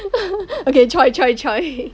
okay choy choy choy